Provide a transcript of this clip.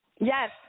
Yes